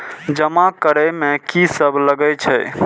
जमा करे में की सब लगे छै?